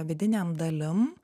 vidinėm dalim